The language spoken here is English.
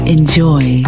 Enjoy